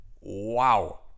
Wow